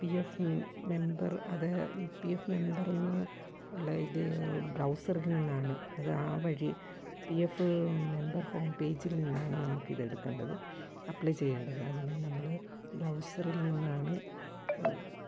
P F member അത് P F member എന്ന ഉള്ള ഇത് ബ്രൗസറില് നിന്നാണ് അത് ആ വഴി പീ എഫ് മെമ്പര് ഹോം പേജില് നിന്നാണ് നമുക്കിതെടുക്കേണ്ടത് അപ്ലൈ ചെയ്യേണ്ടത് അതിനു നമ്മൾ ബ്രൗസറില് നിന്നാണ്